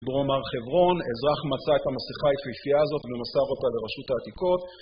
בדרום הר חברון, אזרח מצא את המסכה היפהפייה הזאת ומסר אותה לרשות העתיקות